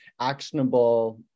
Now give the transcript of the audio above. actionable